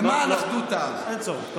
אין צורך.